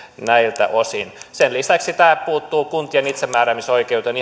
näiltä osin sen lisäksi tämä puuttuu kuntien itsemääräämisoikeuteen